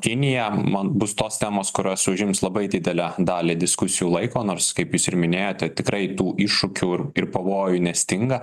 kinija man bus tos temos kurios užims labai didelę dalį diskusijų laiko nors kaip jūs ir minėjote tikrai tų iššūkių ir ir pavojų nestinga